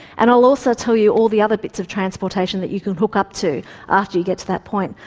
and i'll also tell you all the other bits of transportation that you can hook up to after you get to that point.